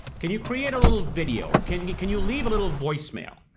can you create a little video or can you can you leave a little voice mail,